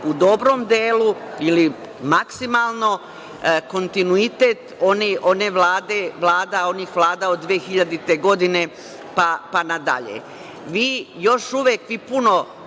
u dobrom delu ili maksimalno kontinuitet onih vlada od 2000. godine, pa na dalje. Vi još puno